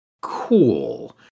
cool